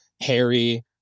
Harry